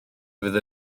fydd